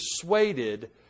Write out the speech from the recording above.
persuaded